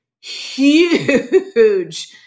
huge